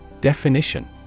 Definition